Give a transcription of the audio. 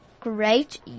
Great